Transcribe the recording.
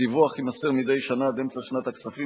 הדיווח יימסר מדי שנה עד אמצע שנת הכספים